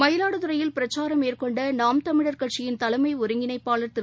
மயிலாடுதுறையில் பிரச்சாரம் மேற்கொண்ட நாம் தமிழர் கட்சியின் தலைமை ஒருங்கிணைப்பாளர் திரு